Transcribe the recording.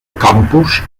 campus